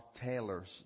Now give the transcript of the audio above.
Taylor's